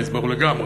הרי זה ברור לגמרי.